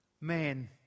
Man